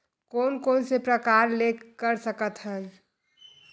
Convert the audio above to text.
कोन कोन से प्रकार ले कर सकत हन?